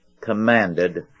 commanded